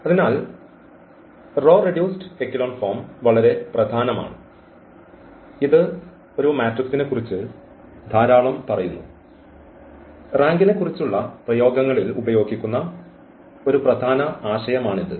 അതിനാൽ row reduced echelon form വളരെ പ്രധാനമാണ് ഇത് മാട്രിക്സിനെക്കുറിച്ച് ധാരാളം പറയുന്നു റാങ്കിനെക്കുറിച്ചുള്ള പ്രയോഗങ്ങളിൽ ഉപയോഗിക്കുന്ന ഒരു പ്രധാന ആശയമാണിത്